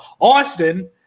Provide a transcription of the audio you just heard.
Austin